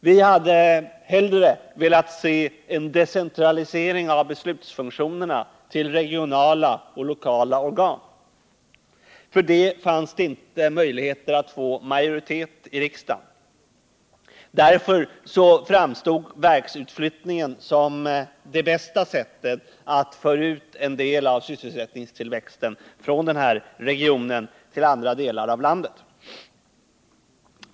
Vi hade hellre velat se en decentralisering av beslutsfunktioner till regionala och lokala organ. För detta fanns inte möjlighet att få majoritet i riksdagen. Därför framstod verksutflyttningen som det bästa sättet att föra ut en del av sysselsättningstillväxten från den här regionen till andra delar av landet.